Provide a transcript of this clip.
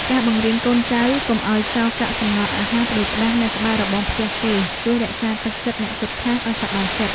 ការបង្រៀនកូនចៅកុំឱ្យចោលកាកសំណល់អាហារផ្តេសផ្តាសនៅក្បែររបងផ្ទះគេ ជួយរក្សាទឹកចិត្តអ្នកជិតខាងឱ្យសប្បាយចិត្ត។